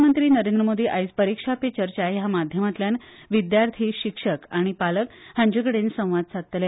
प्रधानमंत्री नरेंद्र मोदी आयज परीक्षा पे चर्चा ह्या माध्यमातल्यान विद्यार्थी शिक्षक आनी पालक हांच्याकडेन संवाद साधतले